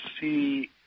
see